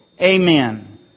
Amen